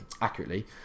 accurately